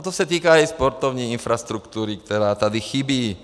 To se týká i sportovní infrastruktury, která tady chybí.